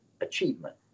achievement